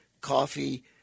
coffee